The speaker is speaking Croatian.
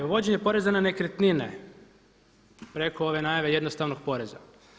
Uvođenje poreza na nekretnine preko ove najave jednostavnog poreza.